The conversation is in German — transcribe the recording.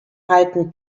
halten